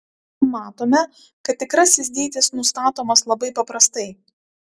matome kad tikrasis dydis nustatomas labai paprastai